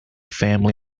family